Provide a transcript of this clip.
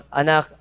anak